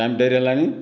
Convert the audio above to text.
time ଡେରି ହେଲାଣି